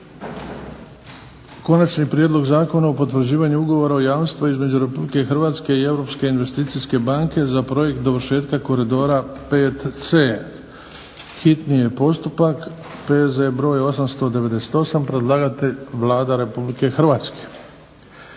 Konačni prijedlog Zakona o potvrđivanju Ugovora o jamstvu između Republike Hrvatske i Europske investicijske banke za "projekt dovršetka koridora VC", hitni postupak, prvo i drugo čitanje, P.Z. br. 898 Predlagatelj Vlada Republike Hrvatske.